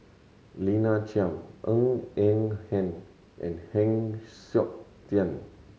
Lina Chiam Ng Eng Hen and Heng Siok Tian